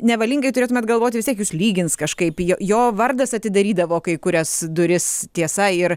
nevalingai turėtumėt galvoti vis tiek jus lygins kažkaip jo jo vardas atidarydavo kai kurias duris tiesa ir